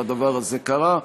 והדבר הזה קרה.